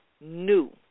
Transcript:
new